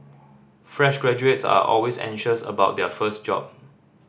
fresh graduates are always anxious about their first job